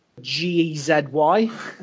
G-E-Z-Y